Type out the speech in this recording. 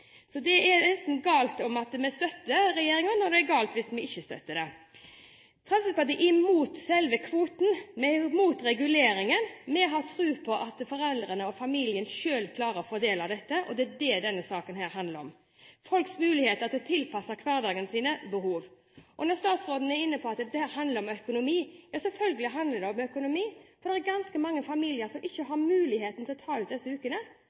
Det er nesten galt om vi støtter regjeringen, og det er galt hvis vi ikke støtter den. Fremskrittspartiet er mot selve kvoten. Vi er mot reguleringen. Vi har tro på at foreldrene og familien selv klarer å fordele dette, og det er det denne saken handler om: folks muligheter til å tilpasse hverdagen til sine behov. Statsråden var inne på at dette handler om økonomi. Ja, selvfølgelig handler det om økonomi, for det er ganske mange familier som ikke har muligheten til å ta ut disse ukene.